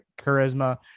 charisma